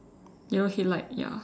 yellow headlight ya